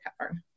cover